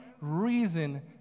reason